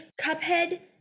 Cuphead